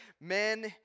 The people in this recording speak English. men